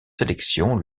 sélection